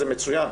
זה מצוין,